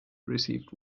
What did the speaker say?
received